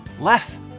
less